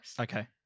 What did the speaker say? Okay